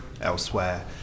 elsewhere